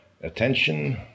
attention